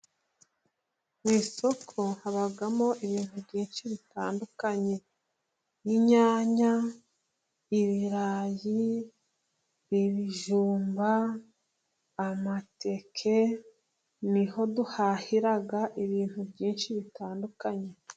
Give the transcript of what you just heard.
Mu isoko habamo ibintu byinshi bitandukanye, inyanya, ibirayi, ibijumba, amateke, niho duhahira ibintu, byinshi bitandukanye.